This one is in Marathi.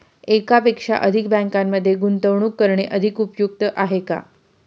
एकापेक्षा अधिक बँकांमध्ये गुंतवणूक करणे अधिक उपयुक्त आहे का?